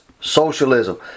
socialism